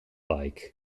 like